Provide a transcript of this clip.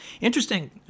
Interesting